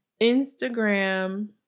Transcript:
Instagram